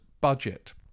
budget